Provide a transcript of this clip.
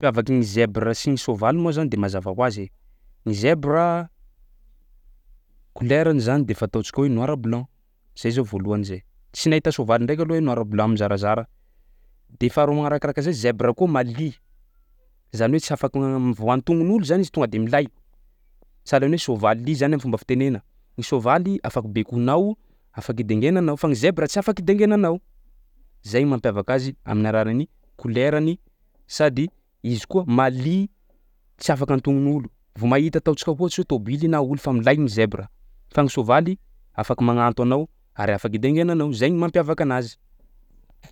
Mampiavaky gny zebra sy ny soavaly moa zany de mazava hoazy ny zebra kolerany zany de fa ataotsika hoe noir blanc zay zao voalohany zay, tsy nahita soavaly ndraiky aloha hoe noir blanc mizarazara. De faharoa magnarakaraka zay zebra ko malia zany hoe tsy afaka vao antognon'olo zany izy tonga de milay sahalan'ny hoe soavalilia zany am'fomba fitenena, ny soavaly afaka bekoinao, afaky dengainanao fa gny zebra tsy afaky dengainanao. Zay gny mampiavaka azy amin'ny alalan'ny kolerany sady izy koa malia tsy afaka antognon'olo vao mahita ataotsika ohatsy hoe tôbily na olo fa milay ny zebra fa gny soavaly afaka magnanto anao ary afaky dengainanao zay ny mampiavaka anazy.